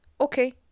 okay